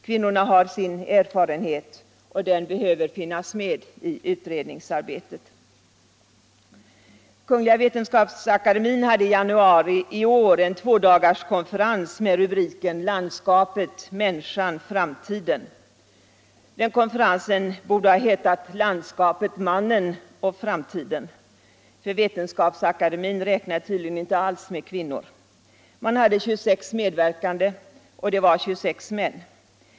Kvinnorna har sin erfarenhet - och den behöver finnas med i utredningsarbetet. Kungl. vetenskapsakademien hade i januari i år en tvådagarskonferens med rubriken Landskapet, människan, framtiden. Den konferensen borde ha hetat Landskapet, mannen, framtiden. För Vetenskapsakademien räknar tydligen inte alls med kvinnor. Man hade 26 medverkande vid konferensen och det var 26 män.